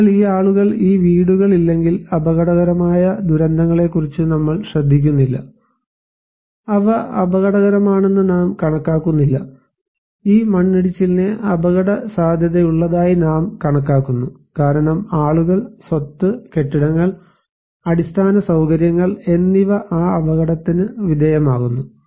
അതിനാൽ ഈ ആളുകൾ ഈ വീടുകൾ ഇല്ലെങ്കിൽ അപകടകരമായ ദുരന്തങ്ങളെക്കുറിച്ച് നമ്മൾ ശ്രദ്ധിക്കുന്നില്ല അവ അപകടകരമാണെന്ന് നാം കണക്കാക്കുന്നില്ല ഈ മണ്ണിടിച്ചിലിനെ അപകടസാധ്യതയുള്ളതായി നാം കണക്കാക്കുന്നു കാരണം ആളുകൾ സ്വത്ത് കെട്ടിടങ്ങൾ അടിസ്ഥാന സൌകര്യങ്ങൾ എന്നിവ ആ അപകടത്തിന് വിധേയമാകുന്നു